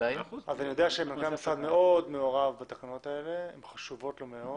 אני יודע שמנכ"ל המשרד מאוד מעורב בתקנות האלה והן חשובות לו מאוד.